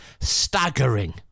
staggering